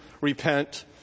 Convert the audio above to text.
repent